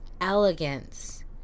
elegance